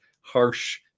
harsh